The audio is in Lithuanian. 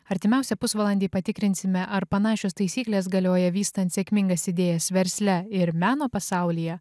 artimiausią pusvalandį patikrinsime ar panašios taisyklės galioja vystant sėkmingas idėjas versle ir meno pasaulyje